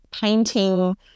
painting